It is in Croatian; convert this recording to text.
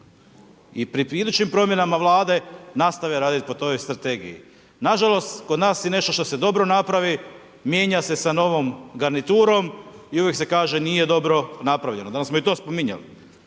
i pri idućim promjenama vlade nastavlja raditi po toj strategiji. Nažalost, kod nas je nešto što se dobro napravi, mijenja se s novom garniturom i uvijek se kaže, nije dobro napravljeno. Dal smo i to spominjali?